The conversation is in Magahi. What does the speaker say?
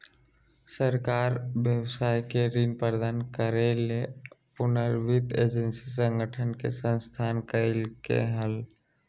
सरकार व्यवसाय के ऋण प्रदान करय ले पुनर्वित्त एजेंसी संगठन के स्थापना कइलके हल